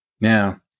Now